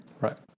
Right